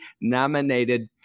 nominated